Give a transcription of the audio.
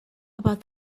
about